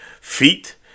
feet